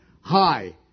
high